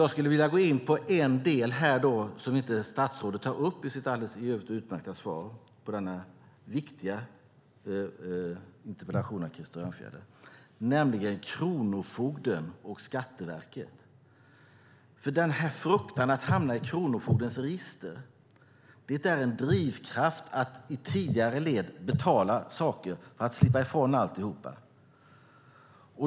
Jag skulle vilja gå in på en del som statsrådet inte tar upp i sitt i övrigt utmärkta svar på denna viktiga interpellation av Krister Örnfjäder, nämligen kronofogden och Skatteverket. Fruktan att hamna i kronofogdens register är en drivkraft att betala saker i ett tidigare led, för att slippa ifrån alltihop.